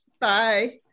bye